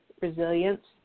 resilience